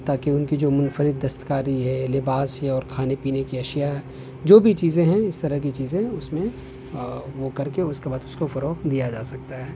تاکہ ان کی جو منفرد دستکاری ہے لباس ہے اور کھانے پینے کی اشیا جو بھی چیزیں ہیں اس طرح کی چیزیں اس میں وہ کر کے اس کے بعد اس کو فروغ دیا جا سکتا ہے